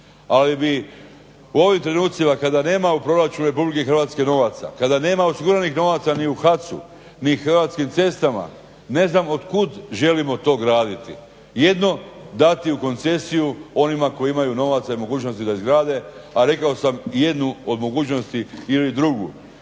ali bi u ovim trenucima kada nema u proračunu Republike Hrvatske novaca, kada nema osiguranih novaca ni u HAC-u ni Hrvatskim cestama, ne znam otkud želimo to graditi. Jedino dati u koncesiju onima koji imaju novaca i mogućnosti da izgrade, a rekao sam i jednu od mogućnosti ili drugu.